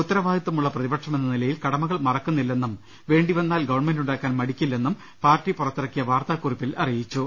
ഉത്തരവാദിത്വമുള്ള പ്രതിപക്ഷമെന്ന നില യിൽ കടമകൾ മറക്കുന്നില്ലെന്നും വേണ്ടി വന്നാൽ ഗവൺമെന്റുണ്ടാക്കാൻ മടി ക്കില്ലെന്നും പാർട്ടി പുറത്തിറക്കിയ വാർത്താകുറിപ്പിൽ അറിയിച്ചു